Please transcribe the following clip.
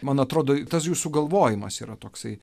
man atrodo tas jūsų galvojimas yra toksai